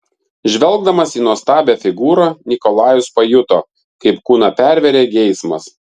žvelgdamas į nuostabią figūrą nikolajus pajuto kaip kūną pervėrė geismas